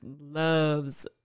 loves